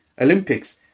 Olympics